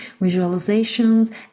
visualizations